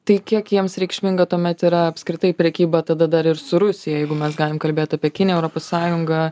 tai kiek jiems reikšminga tuomet yra apskritai prekyba tada dar ir su rusija jeigu mes galim kalbėt apie kiniją europos sąjungą